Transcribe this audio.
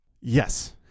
Yes